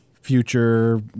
Future